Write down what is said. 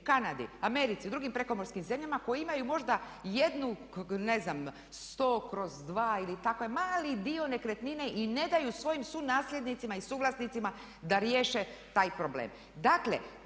Kanadi, Americi, u drugim prekomorskim zemljama koji imaju možda jednu ne znam 100/2 ili takav mali dio nekretnine i ne daju svojim su nasljednicima i suvlasnicima da riješe taj problem.